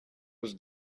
was